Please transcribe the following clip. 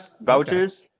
vouchers